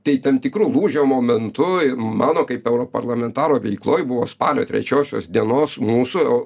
tai tam tikru lūžio momentu mano kaip europarlamentaro veikloj buvo spalio trečiosios dienos mūsų